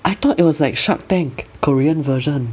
I thought it was like shark tank korean version